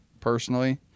personally